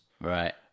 Right